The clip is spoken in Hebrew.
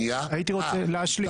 הייתי רוצה להשלים.